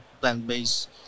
plant-based